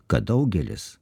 kad daugelis